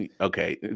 Okay